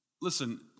listen